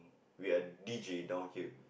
we are D_J down here